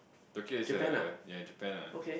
Tokyo is a ya Japan ah